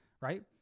Right